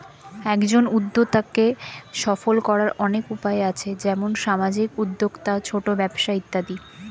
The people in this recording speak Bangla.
একজন উদ্যোক্তাকে সফল করার অনেক উপায় আছে, যেমন সামাজিক উদ্যোক্তা, ছোট ব্যবসা ইত্যাদি